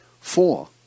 Four